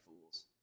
fools